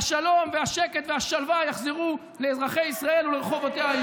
והשלום והשקט והשלווה יחזרו לאזרחי ישראל ולרחובותיה היהודיים.